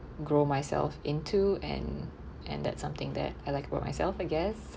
grow myself into and and that's something that I like about myself I guess